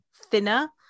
thinner